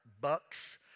bucks